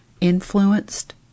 influenced